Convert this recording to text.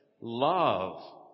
Love